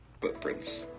Footprints